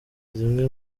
zimwe